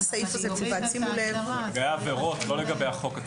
לגבי העבירות.